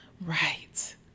Right